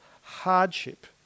hardship